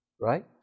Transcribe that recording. right